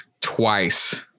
Twice